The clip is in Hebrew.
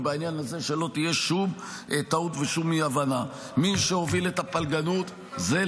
ובעניין הזה שלא תהיה שום טעות ושום אי-הבנה: מי שהוביל את הפלגנות זה,